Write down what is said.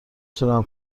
تونم